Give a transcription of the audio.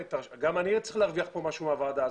תרשה לי, גם אני צריך להרוויח משהו מהוועדה.